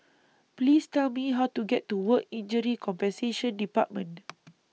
Please Tell Me How to get to Work Injury Compensation department